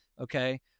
Okay